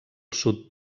sud